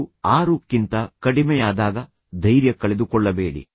ಅದು 6 ಕ್ಕಿಂತ ಕಡಿಮೆಯಾದಾಗ ಧೈರ್ಯ ಕಳೆದುಕೊಳ್ಳಬೇಡಿ